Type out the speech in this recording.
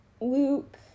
Luke